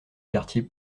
quartier